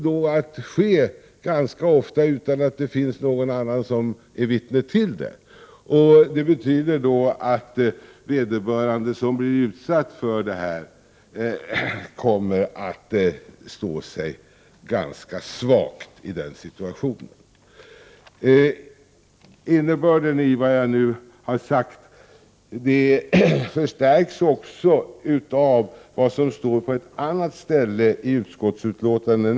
Detta kommer ganska ofta att ske utan att det finns någon som är vittne till det, och det betyder att den som blir utsatt för kroppsvisitationen kommer att stå ganska svag. Innebörden av det jag har sagt förstärks av vad som står på s. 8 i betänkandet.